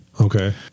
Okay